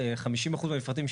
50% מהמפרטים,